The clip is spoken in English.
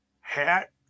hat